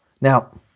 now